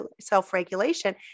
self-regulation